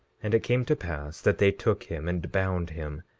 and it came to pass that they took him and bound him,